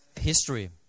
history